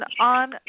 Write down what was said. on